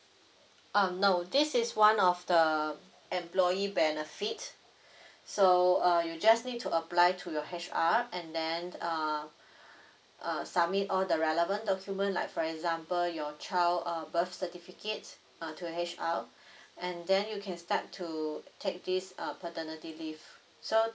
um no this is one of the employee benefit so uh you just need to apply to your H_R and then uh err submit all the relevant document like for example your child uh birth certificate uh to H_R and then you can start to take this uh paternity leave so